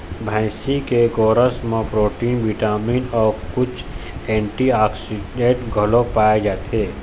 भइसी के गोरस म प्रोटीन, बिटामिन अउ कुछ एंटीऑक्सीडेंट्स घलोक पाए जाथे